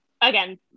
again